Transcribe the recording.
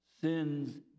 Sin's